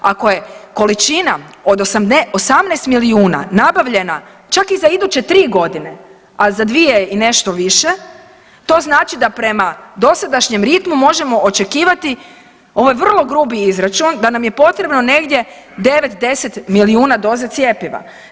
Ako je količina od 18 milijuna nabavljena čak i za iduće tri godine, a za dvije i nešto više, to znači da prema dosadašnjem ritmu možemo očekivati, ovo je vrlo grubi izračun, da nam je potrebno negdje 9, 10 milijuna doza cjepiva.